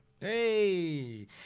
Hey